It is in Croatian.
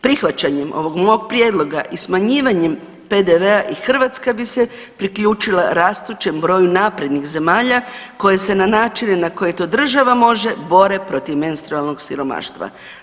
Prihvaćanjem ovog mog prijedloga i smanjivanjem PDV-a i Hrvatska bi se priključila rastućem broju naprednih zemalja koje se na načine na koji to država može bore protiv menstrualnog siromaštva.